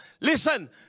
Listen